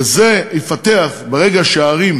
וזה יפתח, אתם